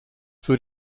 für